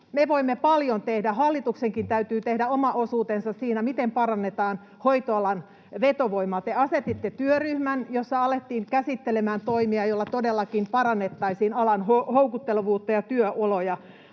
me voimme paljon tehdä. Hallituksenkin täytyy tehdä oma osuutensa siinä, miten parannetaan hoitoalan vetovoimaa. Te asetitte työryhmän, jossa alettiin käsittelemään toimia, joilla todellakin parannettaisiin alan houkuttelevuutta ja työoloja.